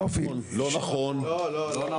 לא נכון.